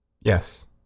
Yes